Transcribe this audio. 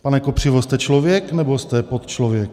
Pane Kopřivo, jste člověk, nebo jste podčlověk?